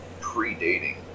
predating